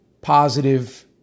positive